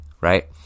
right